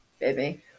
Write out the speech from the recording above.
baby